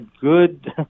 good